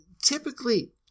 typically